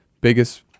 biggest